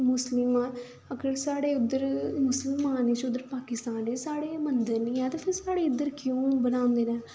मुस्लिमें अगर साढ़े उद्धर मुसलमान उद्धर पाकिस्तान साढ़े मन्दर निं हैन थे फ्ही साढ़े इद्धर क्यों बनांदे न